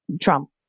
Trump